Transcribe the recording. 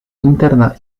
interna